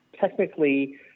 technically